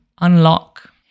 unlock